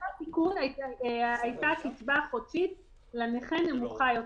בסכום --- הייתה הקצבה החודשית לנכה נמוכה יותר".